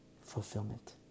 fulfillment